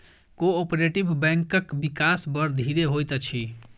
cooperative बैंकक विकास बड़ धीरे होइत अछि